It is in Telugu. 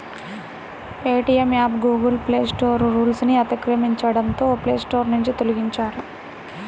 పేటీఎం యాప్ గూగుల్ ప్లేస్టోర్ రూల్స్ను అతిక్రమించడంతో ప్లేస్టోర్ నుంచి తొలగించారు